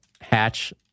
hatch